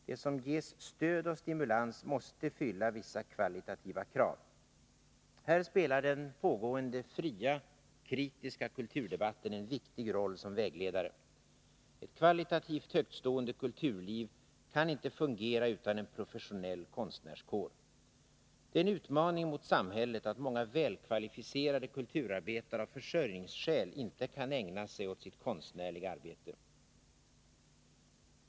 Det som ges stöd och stimulans måste fylla vissa kvalitativa krav. Här spelar den pågående, fria, kritiska kulturdebatten en viktig roll som vägledare. Ett kvalitativt högtstående kulturliv kan inte fungera utan en professionell konstnärskår. Det är en utmaning mot samhället att många välkvalificerade kulturarbetare av försörjningsskäl inte kan ägna sig åt sitt konstnärliga arbete.